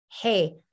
Hey